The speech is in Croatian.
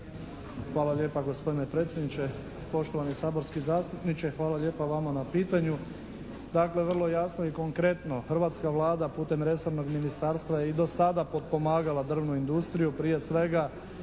Hvala lijepa gospodine predsjedniče. Poštovani saborski zastupniče, hvala lijepa vama na pitanju. Dakle, vrlo jasno i konkretno. Hrvatska Vlada putem resornog ministarstva je i do sada potpomagala drvnu industrije prije svega